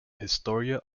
historia